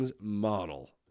model